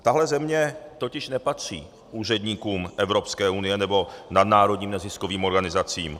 Takhle země totiž nepatří úředníkům Evropské unie nebo nadnárodním neziskovým organizacím.